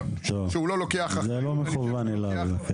טוב, זה לא מכוון אליו.